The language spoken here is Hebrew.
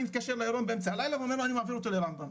מתקשר לירון באמצע הלילה ואומר לו אני מעביר אותו לרמב"ם,